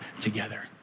together